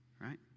Right